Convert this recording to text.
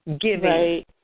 giving